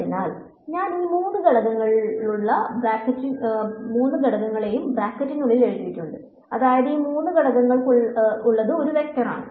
അതിനാൽ ഞാൻ ഇത് മൂന്ന് ഘടകങ്ങളുള്ള ബ്രാക്കറ്റുകളിൽ എഴുതിയിട്ടുണ്ട് അതായത് ഇത് മൂന്ന് ഘടകങ്ങളുള്ള ഒരു വെക്റ്ററാണ്